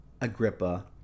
Agrippa